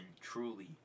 Truly